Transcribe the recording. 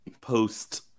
post